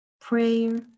Prayer